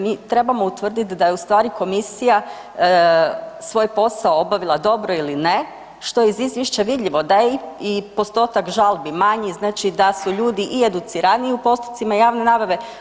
Mi trebamo utvrdit da je u stvari komisija svoj posao obavila dobro ili ne, što je iz izvješća vidljivo da je i postotak žalbi manji, znači da su ljudi i educiraniji u postupcima javne nabave.